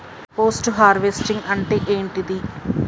Post harvesting అంటే ఏంటిది?